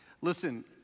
listen